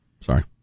Sorry